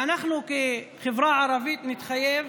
ואנחנו בחברה הערבית נתחייב